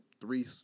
three